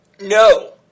No